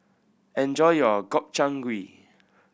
enjoy your Gobchang Gui